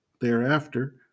Thereafter